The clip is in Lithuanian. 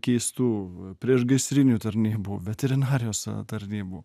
keistų priešgaisrinių tarnybų veterinarijos tarnybų